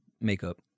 makeup